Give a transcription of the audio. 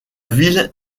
ville